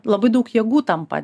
labai daug jėgų tampa